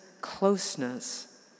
closeness